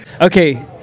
Okay